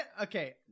Okay